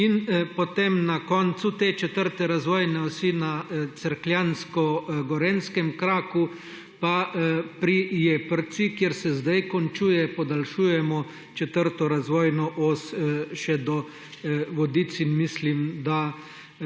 In potem na koncu te četrte razvojne osi na cerkljansko gorenjskem kraku, pa pri Jeprci, kjer se zdaj končuje, podaljšujemo četrto razvojno os še do Vodic in mislim, da